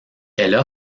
elle